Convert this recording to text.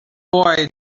boy